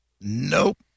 Nope